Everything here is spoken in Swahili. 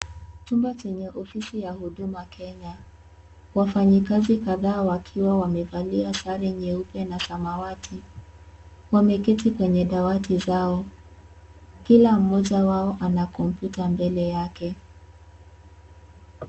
Chumba chenye ofisi ya huduma Kenya, wafanyakazi kadhaa wakiwa wamevalia sare nyeupe na samawati wamekaa kwenye dawati zao. Kila mmoja wao ana kompyuta mbele yake.